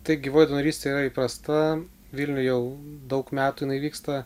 tai gyvoji donorystė yra įprasta vilniuje jau daug metų jinai vyksta